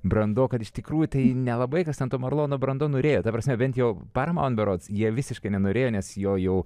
brando kad iš tikrųjų tai nelabai kas ten to marlono brando norėjo ta prasme bent jau paromon berods jie visiškai nenorėjo nes jo jau